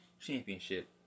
championship